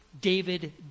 David